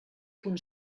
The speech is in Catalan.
punt